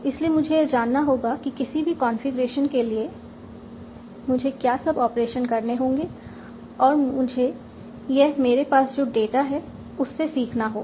इसीलिए मुझे यह जानना होगा कि किसी भी कॉन्फ़िगरेशन के लिए मुझे क्या सब ऑपरेशन करने होंगे और मुझे यह मेरे पास जो डाटा है उससे सीखना होगा